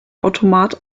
automat